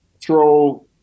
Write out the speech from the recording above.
throw